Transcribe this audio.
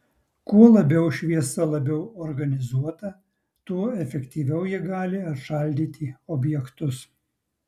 kuo labiau šviesa labiau organizuota tuo efektyviau ji gali atšaldyti objektus